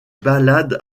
ballades